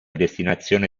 destinazione